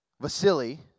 Vasily